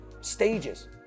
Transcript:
stages